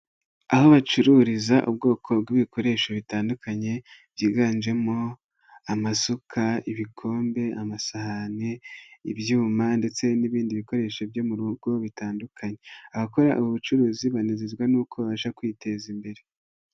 Aho bacururiza ubwoko bw'ibikoresho bitandukanye byiganjemo amasuka, ibikombe, amasahane, ibyuma ndetse n'ibindi bikoresho byo mu rugo bitandukanye, abakora ubu bucuruzi banezezwa n'uko baje kwiteza imbere.